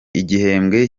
igihembwe